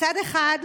מצד אחד,